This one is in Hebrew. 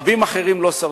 רבים אחרים לא שרדו.